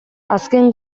azken